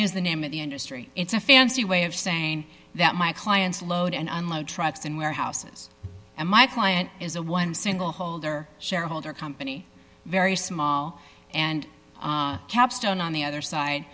is the name of the industry it's a fancy way of saying that my clients load and unload trucks and warehouses and my client is a one single holder shareholder company very small and capstone on the other side